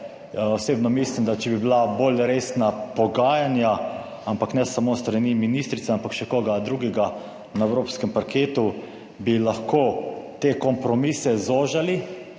Osebno mislim, da če bi bila bolj resna pogajanja, ampak ne samo s strani ministrice ampak še koga drugega na evropskem parketu, bi lahko te kompromise zožali,